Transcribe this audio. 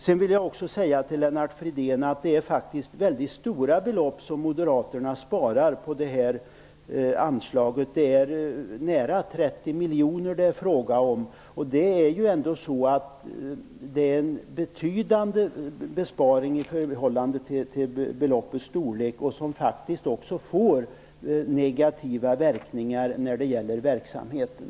Jag vill till Lennart Fridén också säga att det faktiskt är mycket stora belopp som moderaterna vill spara på detta anslag. Det är fråga om nästan 30 miljoner, och det är en betydande besparing i förhållande till beloppets storlek. Den får faktiskt negativa effekter på verksamheten.